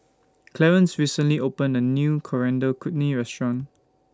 Clarence recently opened A New Coriander Chutney Restaurant